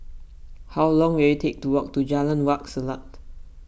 how long will it take to walk to Jalan Wak Selat